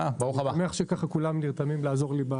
אני מניח שכולם נרתמים לעזור לי,